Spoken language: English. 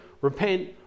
repent